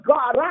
God